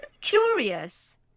curious